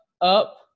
up